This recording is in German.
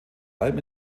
allem